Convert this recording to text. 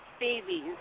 babies